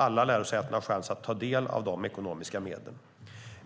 Alla lärosäten har chans att ta del av dessa ekonomiska medel.